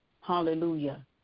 Hallelujah